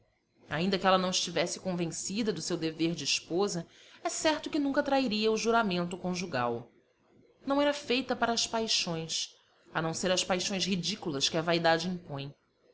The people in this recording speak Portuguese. ainda que ela não estivesse convencida do seu dever de esposa é certo que nunca trairia o juramento conjugal não era feita para as paixões a não ser as paixões ridículas que a vaidade impõe